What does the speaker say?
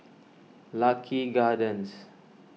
Lucky Gardens